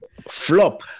flop